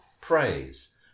praise